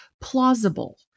plausible